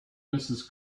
mrs